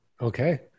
Okay